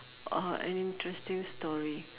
uh an interesting story